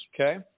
okay